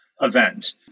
event